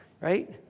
Right